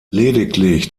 lediglich